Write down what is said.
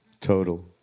Total